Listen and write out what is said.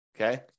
Okay